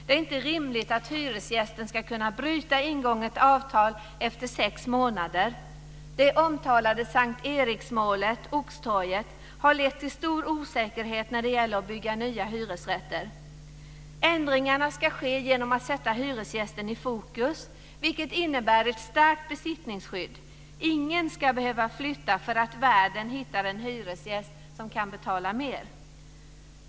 Det är inte rimligt att hyresgästen ska kunna bryta ingånget avtal efter sex månader. Det omtalade S:t Eriksmålet, Oxtorget, har lett till stor osäkerhet när det gäller att bygga nya hyresrätter. Ändringarna ska ske genom att man sätter hyresgästen i fokus, vilket innebär ett starkt besittningsskydd. Ingen ska behöva flytta för att värden hittar en hyresgäst som kan betala mer.